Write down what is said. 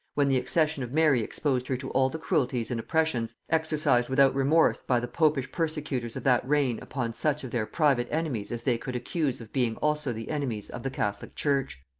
when the accession of mary exposed her to all the cruelties and oppressions exercised without remorse by the popish persecutors of that reign upon such of their private enemies as they could accuse of being also the enemies of the catholic church.